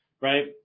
right